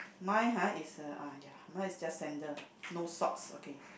mine ha is uh ya mine is just sandal no socks okay